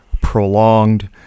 prolonged